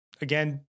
Again